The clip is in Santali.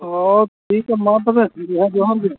ᱚᱻ ᱴᱷᱤᱠ ᱜᱮᱭᱟ ᱢᱟ ᱛᱚᱵᱮ ᱡᱚᱦᱟᱨ ᱜᱮ